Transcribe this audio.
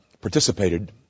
participated